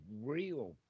real